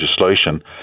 legislation